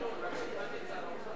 לא עשיתי כלום, רק שכנעתי את שר האוצר.